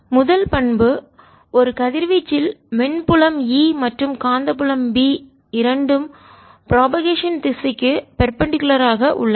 முதல் பண்பு ஒரு கதிர்வீச்சில் மின் புலம் E மற்றும் காந்தப்புலம் B இரண்டும் பிராபகேஷன் பரவலின் திசைக்கு பேர்பெண்டிகுலார் ஆக செங்குத்தாக உள்ளன